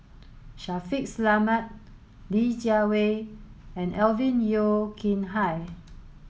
Shaffiq Selamat Li Jiawei and Alvin Yeo Khirn Hai